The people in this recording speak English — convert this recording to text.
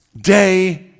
day